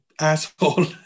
asshole